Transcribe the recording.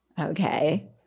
Okay